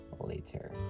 later